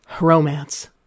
Romance